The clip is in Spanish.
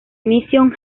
mission